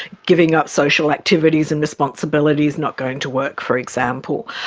giving up social activities and responsibilities, not going to work for example.